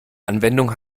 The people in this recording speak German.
anwendung